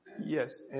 Yes